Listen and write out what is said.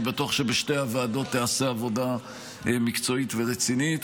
אני בטוח שבשתי הוועדות תיעשה עבודה מקצועית ורצינית.